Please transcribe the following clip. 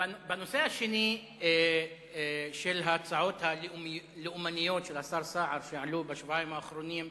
בנושא השני של ההצעות הלאומניות של השר סער שעלו בשבועיים האחרונות,